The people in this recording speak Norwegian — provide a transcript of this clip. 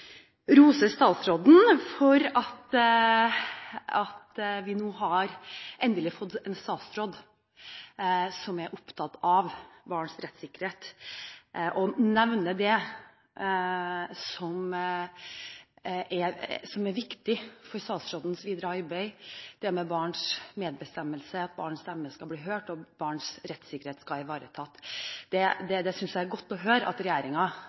rose statsråden for at vi nå endelig har fått en statsråd som er opptatt av barns rettssikkerhet, og nevne det som er viktig for statsrådens videre arbeid – det med barns medbestemmelse, at barns stemme skal bli hørt, og at barns rettssikkerhet skal ivaretas. Det synes jeg er godt å høre at